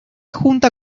junta